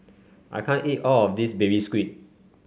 I can't eat all of this Baby Squid